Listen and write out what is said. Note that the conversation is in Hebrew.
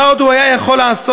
מה עוד הוא היה יכול לעשות?